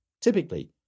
Typically